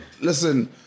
Listen